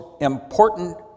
important